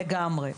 לגמרי.